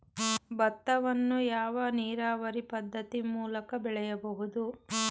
ಭತ್ತವನ್ನು ಯಾವ ನೀರಾವರಿ ಪದ್ಧತಿ ಮೂಲಕ ಬೆಳೆಯಬಹುದು?